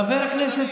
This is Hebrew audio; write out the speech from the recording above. חבר הכנסת